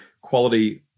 quality